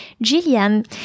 Gillian